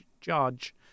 judge